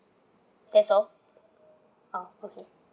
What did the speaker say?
that's all oh okay